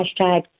hashtag